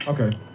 Okay